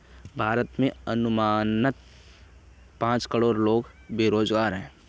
भारत में अनुमानतः पांच करोड़ लोग बेरोज़गार है